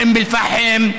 ואום אל-פחם,